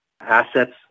assets